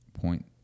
point